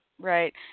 Right